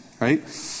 right